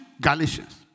Galatians